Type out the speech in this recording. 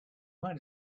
might